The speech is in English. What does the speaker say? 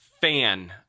fan